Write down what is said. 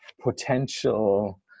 potential